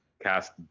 cast